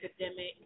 academic